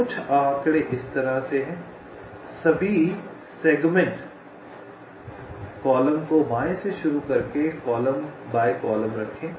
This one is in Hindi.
तो कुछ आंकड़े इस तरह से हैं सभी सेगमेंट कॉलम को बाएं से शुरू करके कॉलम बाय कॉलम रखें